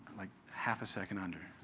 like half a second under.